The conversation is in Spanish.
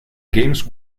games